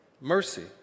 mercy